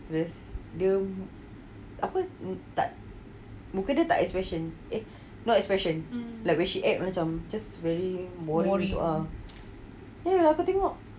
the m~ apa m~ tak muka dia tak expression eh no expression like when she act macam just very boring lah aku tengok